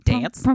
Dance